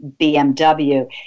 BMW